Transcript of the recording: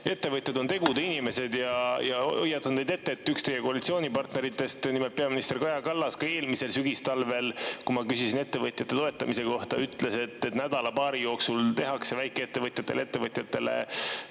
Ettevõtjad on teoinimesed. Hoiatan teid ette, et üks teie koalitsioonipartneritest, nimelt peaminister Kaja Kallas, ka eelmisel sügistalvel, kui ma küsisin ettevõtjate toetamise kohta, ütles, et nädala-paari jooksul tehakse väikeettevõtjatele ja [teistele]